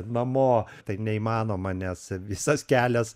namo taip neįmanoma nes visas kelias